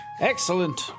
Excellent